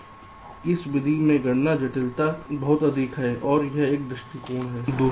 तो इस विधि में गणना जटिलता बहुत अधिक है यह एक दृष्टिकोण है